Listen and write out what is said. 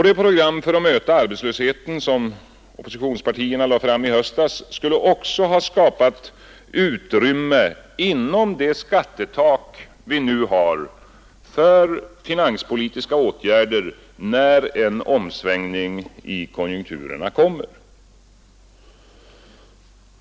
Det program för att möta arbetslösheten som oppositionspartierna lade fram i höstas skulle också ha skapat utrymme inom det skattetak vi nu har för finanspolitiska åtgärder när det kommer en omsvängning i konjunkturen.